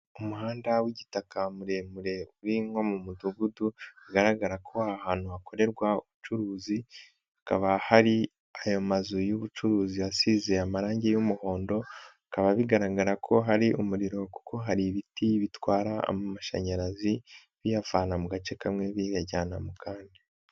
Umuhanda w'igitaka muremure uri nko mu mudugudu, hagaragara ko ari ahantu hakorerwa ubucuruzi hakaba hari ayo mazu y'ubucuruzi asize amarangi y'umuhondo, bikaba bigaragara ko hari umuriro kuko hari ibiti bitwara amashanyarazi biyavana mu gace kamwe biyajyana mu kandi.